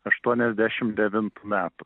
aštuoniasdešim devintų metų